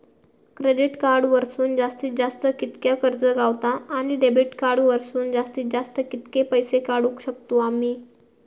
Credit card वरसून जास्तीत जास्त कितक्या कर्ज गावता, आणि डेबिट कार्ड वरसून जास्तीत जास्त कितके पैसे काढुक शकतू आम्ही?